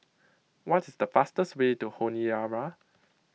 what is the fastest way to Honiara